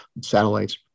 satellites